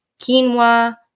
quinoa